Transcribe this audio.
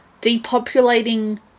depopulating